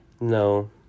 No